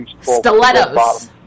Stilettos